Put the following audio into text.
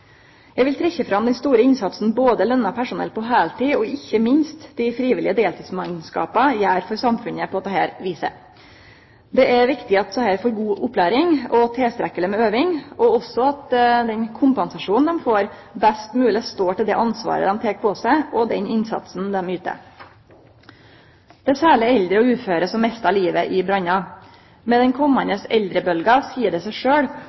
Eg vil trekkje fram den store innsatsen som både lønna personell på heiltid og ikkje minst dei frivillige deltidsmannskapa gjer for samfunnet på dette viset. Det er viktig at desse får god opplæring og tilstrekkeleg med øving, og også at den kompensasjonen dei får, best mogleg står til det ansvaret dei tek på seg, og til den innsatsen dei yter. Det er særleg eldre og uføre som mistar livet i brannar. Med den komande eldrebølgja seier det seg